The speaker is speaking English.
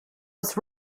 was